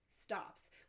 stops